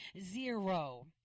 Zero